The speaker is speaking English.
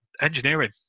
engineering